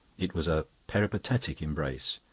it was a peripatetic embracement.